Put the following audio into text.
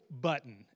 button